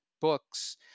books